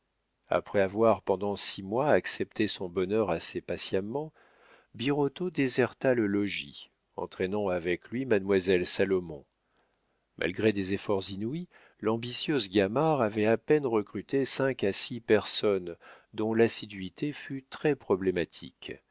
après avoir pendant six mois accepté son bonheur assez patiemment birotteau déserta le logis entraînant avec lui mademoiselle salomon malgré des efforts inouïs l'ambitieuse gamard avait à peine recruté cinq à six personnes dont l'assiduité fut très problématique